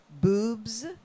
boobs